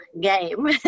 game